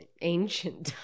ancient